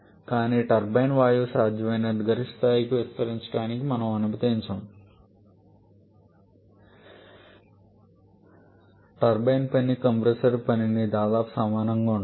కానీ టర్బైన్లో వాయువు సాధ్యమైనంత గరిష్ట స్థాయికి విస్తరించడానికి మనము అనుమతించము టర్బైన్ పని కంప్రెసర్ పనికి దాదాపు సమానంగా ఉంటుంది